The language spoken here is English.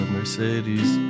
Mercedes